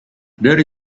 there